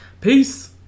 Peace